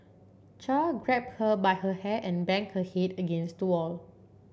char grabbed her by her hair and banged her head against the wall